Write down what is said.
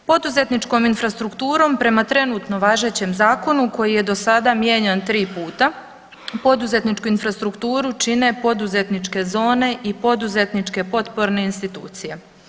Poduzetničkom infrastrukturom prema trenutno važećem zakonu koji je do sada mijenjan 3 puta, poduzetničku infrastrukturu čine poduzetničke zone i poduzetničke potporne institucije.